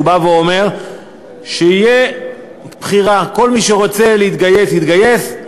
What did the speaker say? הוא בא ואומר שתהיה בחירה: כל מי שרוצה להתגייס יתגייס,